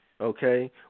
okay